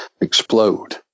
explode